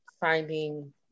finding